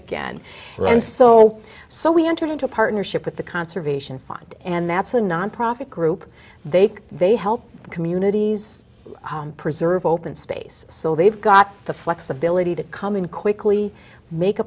again or and so so we entered into a partnership with the conservation fund and that's a nonprofit group they can they help communities preserve open space so they've got the flexibility to come in quickly make a